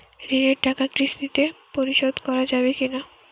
ঋণের টাকা কিস্তিতে পরিশোধ করা যাবে কি না?